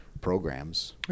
programs